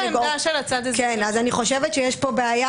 אני חושבת שיש פה בעיה